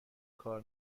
کار